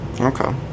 Okay